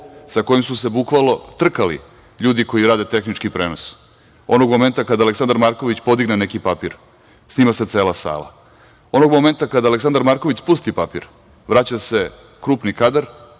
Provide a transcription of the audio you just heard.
sa kojim su se bukvalno trkali ljudi koji rade tehnički prenos. Onog momenta kada Aleksandar Marković podigne neki papir snima se cela sala. Onog momenta kada Aleksandar Marković spusti papir vraća se krupni kadar,